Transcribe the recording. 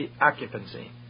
occupancy